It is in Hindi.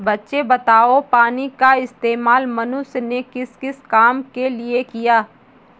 बच्चे बताओ पानी का इस्तेमाल मनुष्य ने किस किस काम के लिए किया?